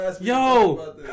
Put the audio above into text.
yo